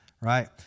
right